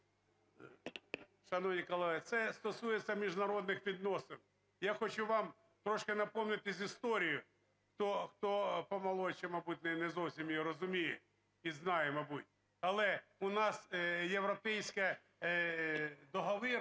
Шановні колеги, це стосується міжнародних відносин. Я хочу вам трошки напомнити з історії, хто по-молодше, мабуть, не зовсім її розуміє і знає, мабуть. Але в нас європейський договір